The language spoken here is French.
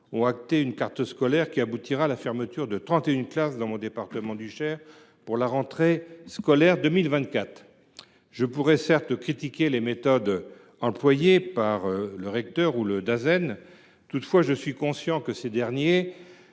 ont acté un projet de carte scolaire qui aboutira à la fermeture de 31 classes dans mon département du Cher pour la rentrée scolaire de 2024. Je pourrais, certes, critiquer les méthodes employées par le recteur ou le directeur académique des services